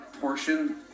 portion